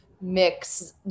mix